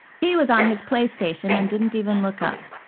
he was on his playstation and didn't even look up.